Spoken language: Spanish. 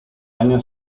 año